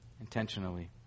intentionally